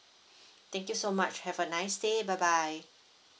thank you so much have a nice day bye bye